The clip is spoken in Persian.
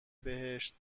بهشت